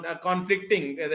conflicting